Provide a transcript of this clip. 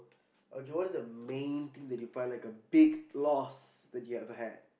okay what is the main thing that you find like a big loss that you ever had